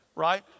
right